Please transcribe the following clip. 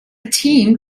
team